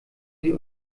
sie